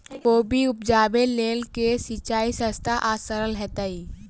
कोबी उपजाबे लेल केँ सिंचाई सस्ता आ सरल हेतइ?